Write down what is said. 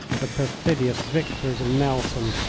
the perfidious victories of nelson!